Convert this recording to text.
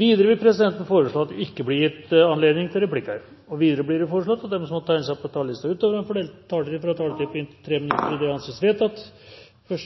Videre vil presidenten foreslå at det ikke blir gitt anledning til replikker. Videre blir det foreslått at de som måtte tegne seg på talerlisten utover den fordelte taletid, får en taletid på inntil 3 minutter. – Det ansees vedtatt. Det er